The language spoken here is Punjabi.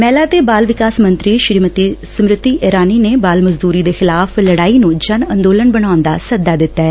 ਮਹਿਲਾ ਤੇ ਬਾਲ ਵਿਕਾਸ ਮੰਤਰੀ ਸਮ੍ਿਤੀ ਇਰਾਨੀ ਨੇ ਬਾਲ ਮਜ਼ਦੂਰੀ ਦੇ ਖਿਲਾਫ਼ ਲੜਾਈ ਨੂੰ ਜਨ ਅੰਦੋਲਨ ਬਣਾਉਣ ਦਾ ਸੱਦਾ ਦਿੱਤੈ